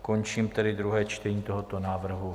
Končím tedy druhé čtení tohoto návrhu.